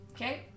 Okay